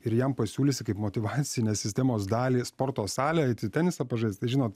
ir jam pasiūlysi kaip motyvacinės sistemos dalį į sporto salę eiti tenisą pažaist tai žinot